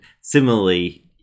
similarly